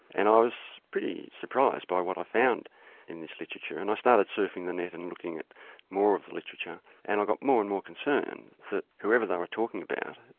and i was pretty surprised by what i found in this literature, and i started surfing the net and looking at more of the literature and i got more and more concerned that whoever they were talking about,